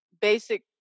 basic